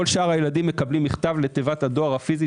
כל שאר הילדים מקבלים מכתב לתיבת הדואר הפיזית